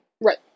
Right